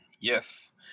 yes